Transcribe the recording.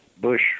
Bush